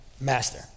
master